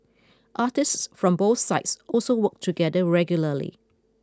artists from both sides also work together regularly